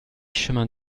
chemin